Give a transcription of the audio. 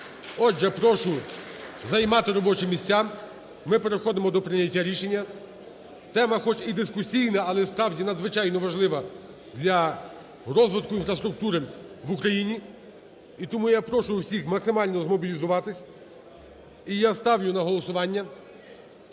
Отже, прошу займати робочі місця, ми переходимо до прийняття рішення. Тема хоч і дискусійна, але справді надзвичайно важлива для розвитку інфраструктури в Україні. І тому я прошу всіх максимально змобілізуватись, і я ставлю на голосування